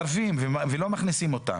ולא מכניסים אותם.